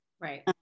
right